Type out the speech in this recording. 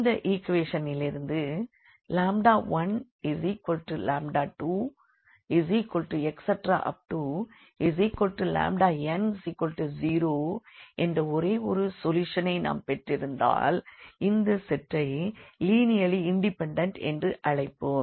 இந்த ஈக்வெஷனிலிருந்து 12n0என்ற ஒரே ஒரு சொல்யூஷனை நாம் பெற்றால் இந்த செட்டை லினியர்லி இண்டிபெண்டண்ட் என்று அழைப்போம்